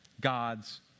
God's